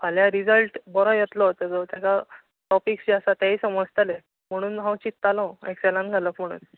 फाल्यां रिजल्ट बरो येतलो ताजो ताका टॉपिक्स जे आसा तेंवूय समजतले म्हणून हांव चिंततालों एकसेलान घालप म्हणून